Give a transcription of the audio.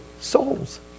souls